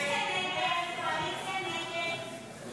הסתייגות 57 לא